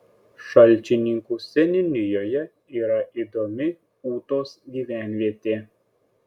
šalčininkų seniūnijoje yra įdomi ūtos gyvenvietė